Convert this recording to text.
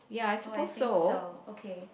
oh I think so okay